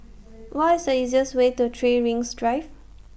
What IS The easiest Way to three Rings Drive